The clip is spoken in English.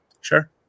sure